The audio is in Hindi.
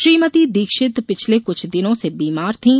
श्रीमती दीक्षित पिछले कुछ दिनों से बीमार थीं